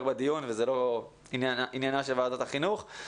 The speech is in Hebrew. בדיון וזה לא עניינה של ועדת החינוך.